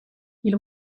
ils